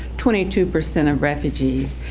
twenty-two percent of refugees,